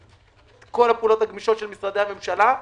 כל הפעולות הגמישות של משרדי הממשלה.